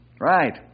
Right